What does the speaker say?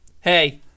hey